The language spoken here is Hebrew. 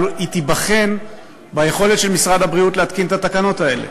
אבל היא תיבחן ביכולת של משרד הבריאות להתקין את התקנות האלה.